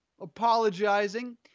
apologizing